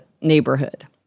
neighborhood